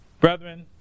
Brethren